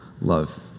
love